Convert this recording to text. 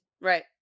Right